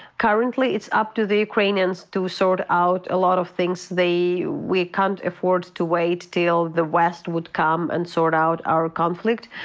currently it's up to the ukrainians to sort out a lot of things. we can't afford to wait till the west would come and sort out our conflict,